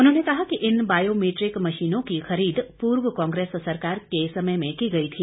उन्होंने कहा कि इन बायोमिट्रिक मशीनों की खरीद पूर्व कांग्रेस सरकार में की गई थी